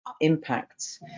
impacts